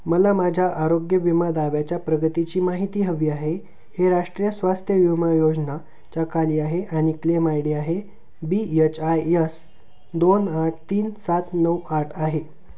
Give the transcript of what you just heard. मला माझ्या आरोग्य विमा दाव्याच्या प्रगतीची माहिती हवी आहे हे राष्ट्रीय स्वास्थ्य विमा योजनेच्या खाली आहे आणि क्लेम आय डी आहे बी यच आय यस दोन आठ तीन सात नऊ आठ आहे